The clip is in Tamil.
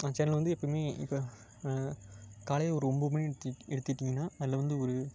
அந்த சேனல் வந்து எப்பவுமே இப்போ காலையில் ஒரு ஒன்பது மணிக்கு எடுத்துக்கிட்டிங்கன்னால் அதில் வந்து ஒரு